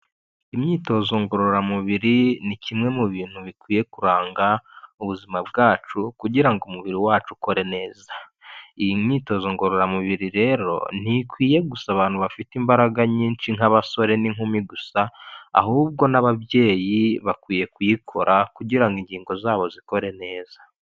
Imyitozo ngororamubiri ni kimwe mu bintu bikwiye kuranga ubuzima bwacu kugira ngo umubiri wacu ukore neza iyi myitozo ngororamubiri rero ntikwiye gusa abantu bafite imbaraga nyinshi nk'abasore n'inkumi gusa ahubwo n'ababyeyi bakwiye kuyikora kugira ngo ingingo zabo zikore neza.